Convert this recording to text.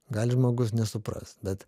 gali žmogus nesuprast bet